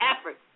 effort